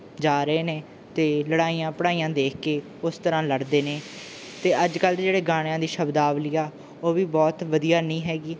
ਜਾ ਰਹੇ ਨੇ ਅਤੇ ਲੜਾਈਆਂ ਪੜ੍ਹਾਈਆਂ ਦੇਖ ਕੇ ਉਸ ਤਰ੍ਹਾਂ ਲੜਦੇ ਨੇ ਅਤੇ ਅੱਜ ਕੱਲ ਦੇ ਜਿਹੜੇ ਗਾਣਿਆਂ ਦੀ ਸ਼ਬਦਾਵਲੀ ਆ ਉਹ ਵੀ ਬਹੁਤ ਵਧੀਆ ਨਹੀਂ ਹੈਗੀ